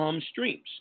streams